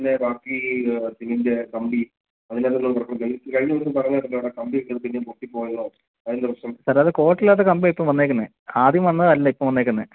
ഇതിന്റെ ബാക്കി ഇതിന്റെ കമ്പി അതിനകത്ത് കഴിഞ്ഞ ദിവസം പറഞ്ഞല്ലോ കമ്പി ഒക്കെ എന്തോ പൊട്ടി പോയെന്നോ അതെന്താണ് പ്രശ്നം സാർ അത് ക്വാളിറ്റി ഇല്ലാത്ത കമ്പിയാണ് ഇപ്പോൾ വന്നിരിക്കുന്നത് ആദ്യം വന്നത് അല്ല ഇപ്പോൾ വന്നിരിക്കുന്നത്